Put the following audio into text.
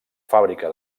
fàbrica